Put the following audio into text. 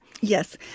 Yes